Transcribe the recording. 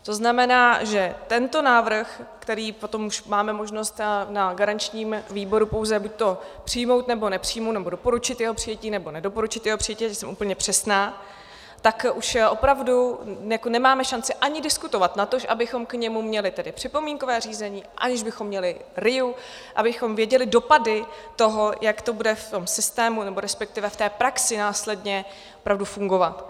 To znamená, že tento návrh, který potom už máme možnost na garančním výboru pouze buď přijmout, nebo nepřijmout, nebo doporučit jeho přijetí, nebo nedoporučit jeho přijetí, ať jsem úplně přesná, tak už opravdu nemáme šanci ani diskutovat, natož abychom k němu měli připomínkové řízení, aniž bychom měli RIA, abychom věděli dopady toho, jak to bude v tom systému, resp. v té praxi následně opravdu fungovat.